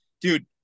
dude